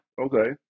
Okay